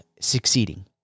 succeeding